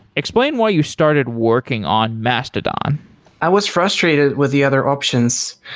explain why you started working on mastodon i was frustrated with the other options.